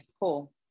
cool